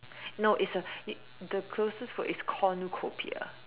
no it's a you the closest word is cornucopia